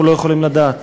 אנחנו לא יכולים לדעת,